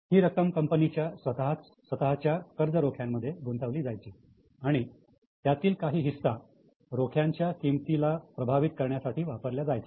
ही रक्कम कंपनीच्या स्वतःच्या कर्ज रोख्यांमध्ये गुंतवली जायचे आणि त्यातील काही हिस्सा रोख्यांच्या किमतीला प्रभावित करण्यासाठी वापरल्या जायचा